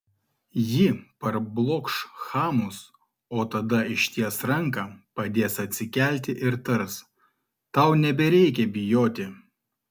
ji parblokš chamus o tada išties ranką padės atsikelti ir tars tau nebereikia bijoti